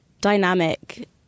dynamic